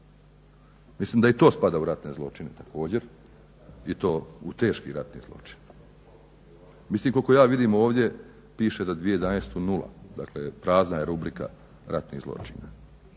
Mislim da i to spada u ratne zločine također i to u teški ratni zločin. Koliko ja vidim ovdje piše za 2011. nula, dakle prazna je rubrika ratnih zločina.